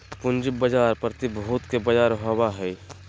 पूँजी बाजार प्रतिभूति के बजार होबा हइ